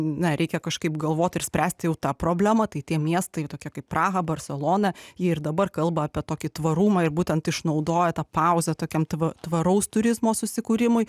na reikia kažkaip galvot ir spręst jau tą problemą tai tie miestai tokie kaip praha barselona jie ir dabar kalba apie tokį tvarumą ir būtent išnaudoja tą pauzę tokiam tva tvaraus turizmo susikūrimui